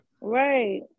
Right